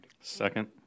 Second